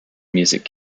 music